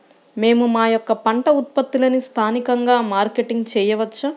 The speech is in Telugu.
మేము మా యొక్క పంట ఉత్పత్తులని స్థానికంగా మార్కెటింగ్ చేయవచ్చా?